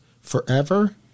forever